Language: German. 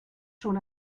schon